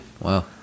Wow